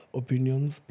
opinions